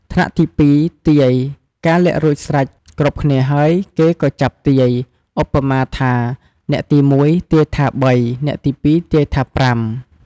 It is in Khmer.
ថ្នាក់ទី ២ ទាយ កាលលាក់រួចស្រេចគ្រប់គ្នាហើយ គេក៏ចាប់ទាយ ឧបមាថា អ្នកទី ១ ទាយថា ៣ អ្នកទី ២ ទាយថា ៥។